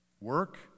work